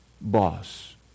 boss